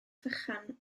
vychan